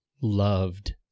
loved